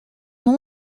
nom